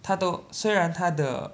他都虽然他的